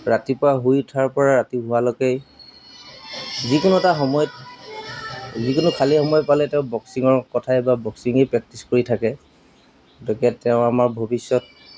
ৰাতিপুৱা শুই উঠাৰপৰা ৰাতি হোৱালৈকেই যিকোনো এটা সময়ত যিকোনো খালী সময় পালে তেওঁ বক্সিঙৰ কথাই বা বক্সিঙেই প্ৰেক্টিছ কৰি থাকে গতিকে তেওঁ আমাৰ ভৱিষ্যত